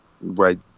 right